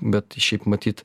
bet šiaip matyt